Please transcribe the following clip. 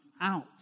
out